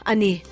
Ani